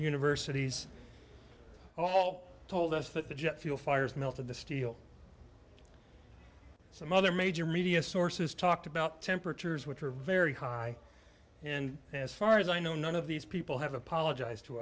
universities all told us that the jet fuel fires melted the steel some other major media sources talked about temperatures which are very high and as far as i know none of these people have apologized to